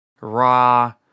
Raw